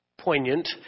poignant